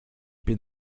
bin